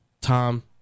Tom